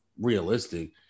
realistic